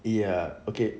ya okay